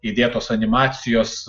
įdėtos animacijos